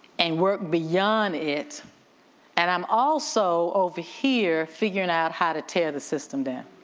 and work beyond it and i'm also over here figuring out how to tear the system down.